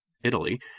Italy